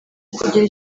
kugira